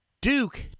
Duke